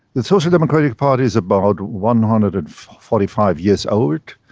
the social democratic party is about one hundred and forty five years old.